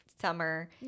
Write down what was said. Summer